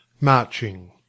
Marching